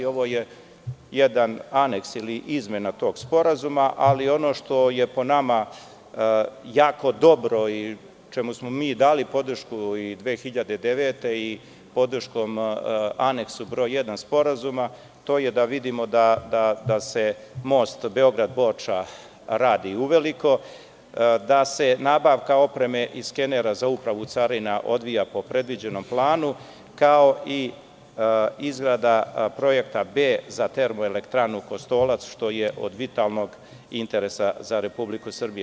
Ovo je jedan Aneks ili izmena tog sporazuma, ali ono što je po nama jako dobro i čemu smo dali podršku i 2009. godine i podrškom Aneksu broj 1. Sporazuma je da vidimo da se most Beograd – Borča radi uveliko, da se nabavka opreme i skenera za Upravu carina odvija po predviđenom planu, kao i izrada Projekta B za Termoelektranu „Kostolac“, što je od vitalnog interesa za Republiku Srbiju.